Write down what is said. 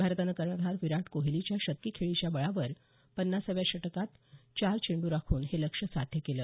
भारतानं कर्णधार विराट कोहलीच्या शतकी खेळीच्या बळावर पन्नासाव्या षटकांत चार चेंडू राखून हे लक्ष्य साध्य केलं